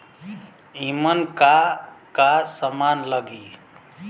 ईमन का का समान लगी?